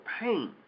pain